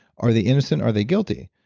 are they innocent are they guilty.